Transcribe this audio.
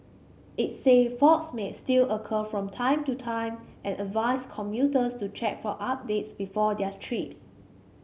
it said faults may still occur from time to time and advised commuters to check for updates before their trips